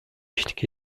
eşlik